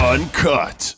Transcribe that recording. Uncut